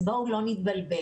אז בואו לא נתבלבל.